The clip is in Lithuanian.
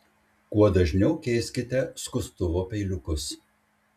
kuo dažniau keiskite skustuvo peiliukus